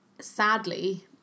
sadly